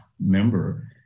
member